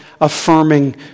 affirming